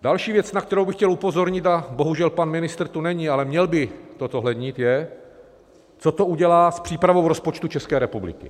Další věc, na kterou bych chtěl upozornit, a bohužel pan ministr tu není, ale měl by to zohlednit, je, co to udělá s přípravou rozpočtu České republiky.